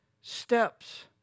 steps